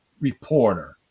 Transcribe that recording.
reporter